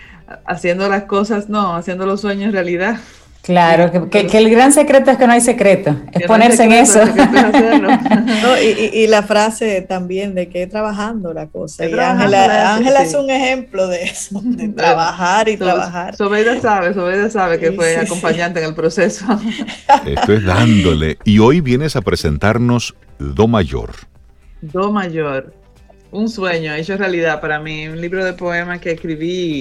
Haciendo las cosas, no, haciendo los sueños realidad. Claro, que- que- que el gran secreto es que no hay secreto, es Que no hay ponerse en secreto, eso. es lo que estoy haciendo. No, y- y- y la frase también de que es trabajando la cosa, Estoy y trabajando Ángel- la- Ángela sí. es un ejemplo de eso, de Claro. trabajar y So- trabajar. Sobeida sabe, Sobeida sabe que Sí, fue sí, sí. acompañante en el proceso. Esto es dándole, y hoy vienes a presentarnos Do Mayor. Do Mayor, un sueño hecho realidad para mí, un libro de poemas que escribí